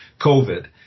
COVID